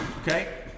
Okay